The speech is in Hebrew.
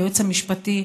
היועץ המשפטי,